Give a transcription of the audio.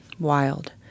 Wild